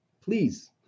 please